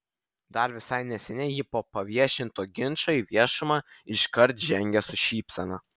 dar visai neseniai ji po paviešinto ginčo į viešumą iškart žengė su šypsena